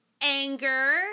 anger